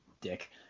Dick